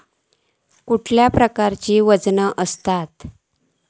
कसल्या प्रकारची वजना आसतत?